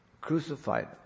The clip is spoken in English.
crucified